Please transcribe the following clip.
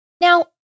Now